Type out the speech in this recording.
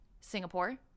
Singapore